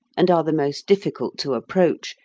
and are the most difficult to approach,